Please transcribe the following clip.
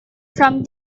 from